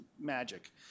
magic